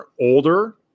older